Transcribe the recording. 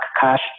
cash